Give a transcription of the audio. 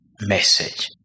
message